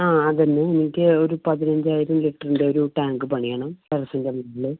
ആ അതുതന്നെ എനിക്ക് ഒരു പതിനഞ്ചായിരം ലിറ്ററിൻ്റെ ഒരു ടാങ്ക് പണിയണം ടെറസിൻ്റെ മുകളിൽ